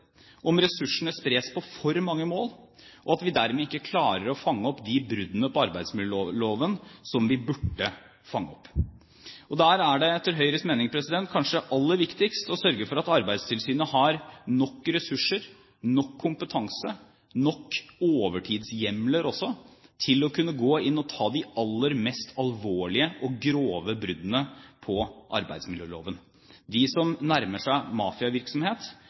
om ressursene spres på for mange mål, og at vi dermed ikke klarer å fange opp de bruddene på arbeidsmiljøloven som vi burde fange opp. Det er etter Høyres mening kanskje aller viktigst å sørge for at Arbeidstilsynet har nok ressurser, nok kompetanse og også nok overtidshjemler til å kunne gå inn og ta de aller mest alvorlige og grove bruddene på arbeidsmiljøloven – de som nærmer seg mafiavirksomhet,